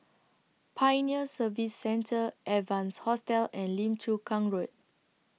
Pioneer Service Centre Evans Hostel and Lim Chu Kang Road